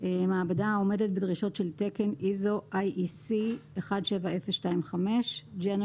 מעבדה העומדת בדרישות של תקן ISO/IEC 17025 (General